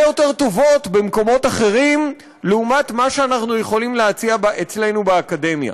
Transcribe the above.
יותר טובות במקומות אחרים לעומת מה שאנחנו יכולים להציע אצלנו באקדמיה.